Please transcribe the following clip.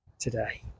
today